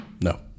no